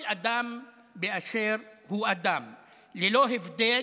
כל אדם באשר הוא אדם ללא הבדל,